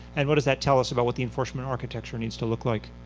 and what does that tell us about what the enforcement architecture needs to look like?